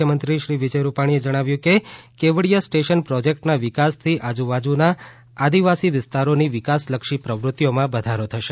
મુખ્યમંત્રી શ્રી વિજય રૂપાણીએ જણાવ્યું કે કેવડીયા સ્ટેશન પ્રોજેકટના વિકાસથી આજુબાજુના આદિવાસી વિસ્તારોની વિકાસલક્ષી પ્રવૃતિઓમાં વધારો થશે